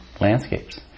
landscapes